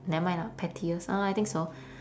never mind lah pettiest um I think so